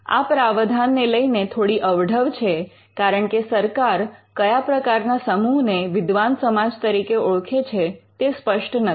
આ પ્રાવધાન ને લઈને થોડી અવઢવ છે કારણકે સરકાર કયા પ્રકારના સમૂહને વિદ્વાન સમાજ તરીકે ઓળખે છે તે સ્પષ્ટ નથી